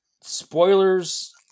spoilers